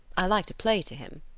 i like to play to him.